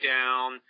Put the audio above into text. down